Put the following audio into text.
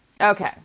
Okay